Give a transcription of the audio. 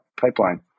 pipeline